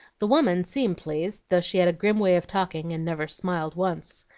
the woman seemed pleased, though she had a grim way of talking, and never smiled once.